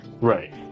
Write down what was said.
Right